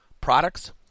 Products